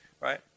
right